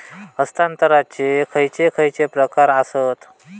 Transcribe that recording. हस्तांतराचे खयचे खयचे प्रकार आसत?